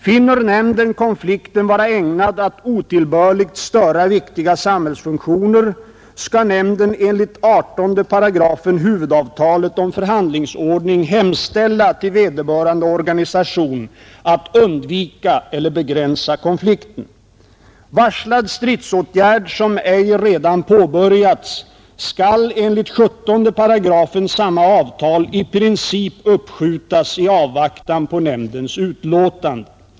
Finner nämnden konflikten vara ägnad att otillbörligt störa viktiga samhällsfunktioner skall nämnden enligt 18 § huvudavtalet om förhandlingsordning hemställa till vederbörande organisation att undvika eller begränsa konflikten. Varslad stridsåtgärd, som ej redan påbörjats, skall enligt 17 § samma avtal i princip uppskjutas i avvaktan på nämndens utlåtande.